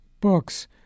books